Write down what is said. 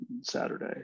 saturday